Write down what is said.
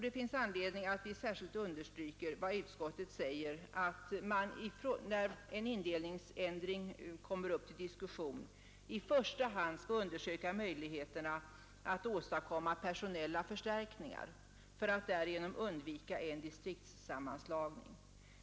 Det finns anledning att särskilt understryka utskottets uttalande att man när frågan om en indelningsändring kommer upp till diskussion i första hand skall undersöka möjligheterna att åstadkomma personella förstärkningar för att därigenom undvika en distriktssammanslagning.